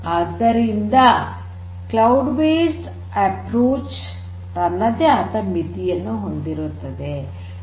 ಆದ್ದರಿಂದ cloud based approach ತನ್ನದೇ ಅದ ಮಿತಿಗಳನ್ನು ಹೊಂದಿರುತ್ತದೆ